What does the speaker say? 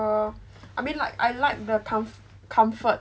I mean like I like the com~ comfort